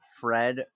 Fred